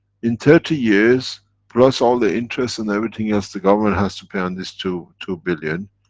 in thirty years plus all the interest and everything else, the government has to pay on this two two billion,